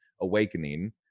awakening